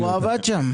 הוא עבד שם.